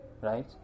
right